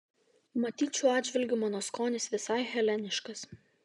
matyt šiuo atžvilgiu mano skonis visai heleniškas